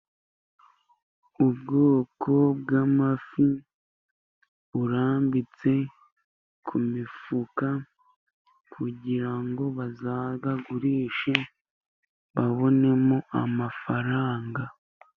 Ubwoko bw'amafi burambitse ku mifuka kugirango bazayagurishe, babonemo amafaranga.